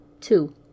two